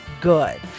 good